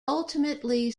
ultimately